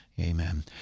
Amen